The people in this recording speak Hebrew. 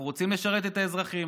אנחנו רוצים לשרת את האזרחים,